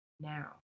now